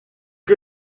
her